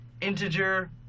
integer